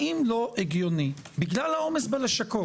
האם לא הגיוני, בגלל העומס בלשכות